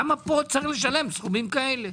למה פה צריך לשלם סכומים כאלה?